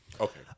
Okay